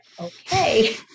okay